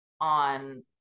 on